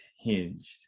hinged